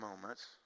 moments